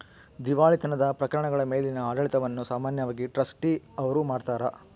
ದಿವಾಳಿತನದ ಪ್ರಕರಣಗಳ ಮೇಲಿನ ಆಡಳಿತವನ್ನು ಸಾಮಾನ್ಯವಾಗಿ ಟ್ರಸ್ಟಿ ಅವ್ರು ಮಾಡ್ತಾರ